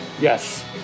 Yes